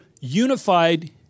unified